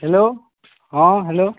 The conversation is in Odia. ହ୍ୟାଲୋ ହଁ ହ୍ୟାଲୋ